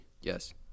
Yes